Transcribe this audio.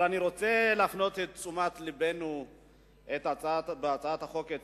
אבל אני רוצה להפנות את תשומת לבנו לסעיף 20